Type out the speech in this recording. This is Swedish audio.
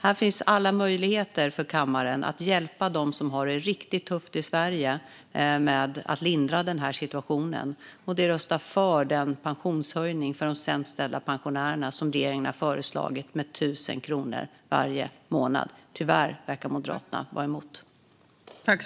Här finns alla möjligheter för kammaren att hjälpa och lindra situationen för dem som har det riktigt tufft i Sverige, och det är att rösta för den pensionshöjning som regeringen har föreslagit för de sämst ställda pensionärerna med 1 000 kronor varje månad. Tyvärr verkar Moderaterna vara emot den.